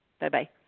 Bye-bye